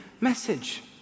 message